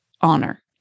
honor